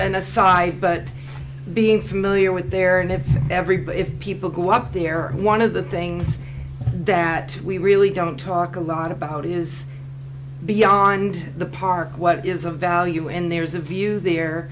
an aside but being familiar with there and if everybody if people go up there one of the things that we really don't talk a lot about is beyond the park what is a value when there's a view there